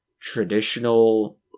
traditional